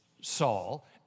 Saul